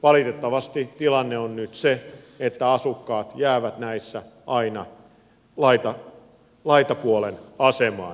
valitettavasti tilanne on nyt se että asukkaat jäävät näissä aina laitapuolen asemaan